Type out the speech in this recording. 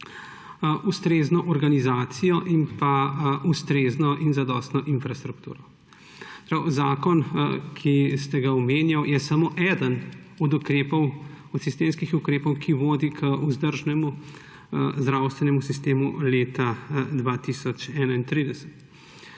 ustrezno organizacijo ter ustrezno in zadostno infrastrukturo. Zakon, ki ste ga omenjali, je samo eden od sistemskih ukrepov, ki vodi k vzdržnemu zdravstvenemu sistemu leta 2031.